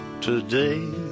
today